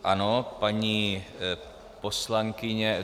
Ano, paní poslankyně.